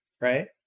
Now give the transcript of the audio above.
right